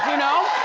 know?